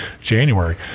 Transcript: January